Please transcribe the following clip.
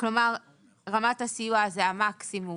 --- כלומר רמת הסיוע זה המקסימום.